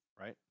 right